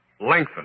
lengthen